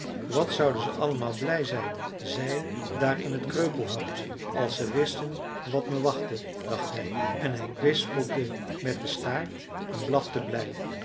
wat zouden ze allemaal blij zijn zij daar in het kreupelhout als ze wisten wat me wachtte dacht hij en hij kwispelde met den staart en blafte blij